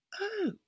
Oh